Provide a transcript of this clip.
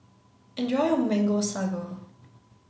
enjoy your mango sago